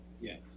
yes